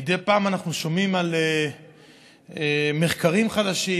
מדי פעם אנחנו שומעים על מחקרים חדשים.